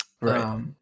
Right